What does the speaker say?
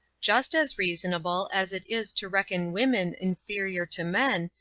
just as reasonable, as it is to reckon women inferior to men,